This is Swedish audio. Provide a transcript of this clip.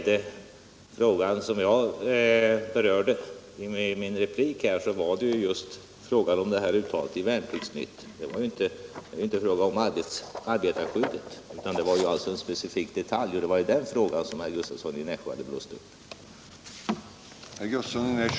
Det jag sade i min replik gällde uttalandet i Värnplikts-Nytt — det var inte fråga om arbetarskyddet utan om en specifik detalj, som herr Gustavsson i Nässjö hade blåst upp.